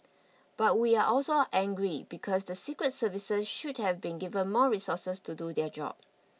but we are also angry because the secret services should have been give more resources to do their job